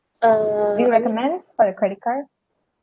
do you recommend for a credit card